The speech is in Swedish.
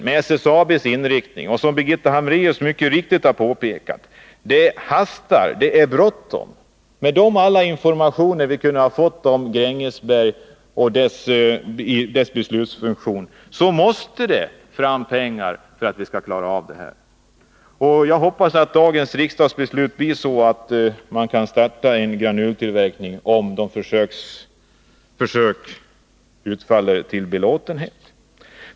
Med SSAB:s inriktning är det, som Birgitta Hambraeus mycket riktigt har påpekat, bråttom. Det hastar. Med alla de informationer vi kunde ha fått om Grängesberg och dess beslutsfunktion måste de få pengar för att de skall klara av det här. Jag hoppas att dagens riksdagsbeslut blir sådant att man kan starta en granultillverkning, om försöken utfaller till belåtenhet.